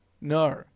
No